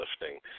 lifting